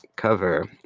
cover